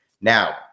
Now